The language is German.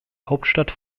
hauptstadt